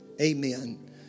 Amen